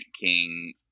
King